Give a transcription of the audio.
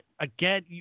again